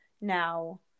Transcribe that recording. now